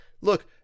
Look